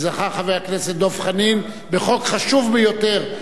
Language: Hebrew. זכה חבר הכנסת דב חנין בחוק חשוב ביותר,